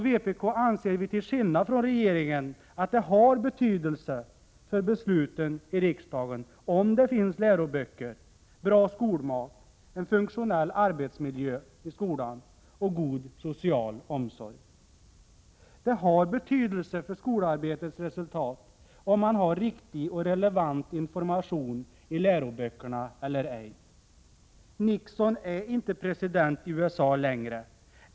Vpk anser till skillnad från regeringen att det har betydelse för besluten i riksdagen om det i skolan finns läroböcker, bra mat, en funktionell arbetsmiljö och god social omsorg. Det har betydelse för skolarbetets resultat, om man har riktig och relevant information i läroböckerna eller ej. Nixon är inte president i USA längre.